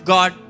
God